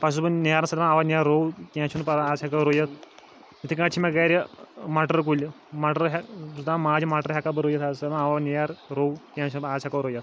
پَتہٕ چھُس بہٕ نیران سۄ دَپان اوا نیر رُو کیٚنٛہہ چھُنہٕ پَرواے آز ہیٚکو رُیِتھ یِتھَے کٲٹھۍ چھِ مےٚ گَھرِ مَٹر کُلۍ مَٹر بہٕ چھُس دَپان ماجہِ مَٹر ہیٚکاہ بہٕ رُیِتھ آز سۄ دپان اوا نیر رُو کیٚنٛہہ چھُنہٕ آز ہیٚکو رُیِتھ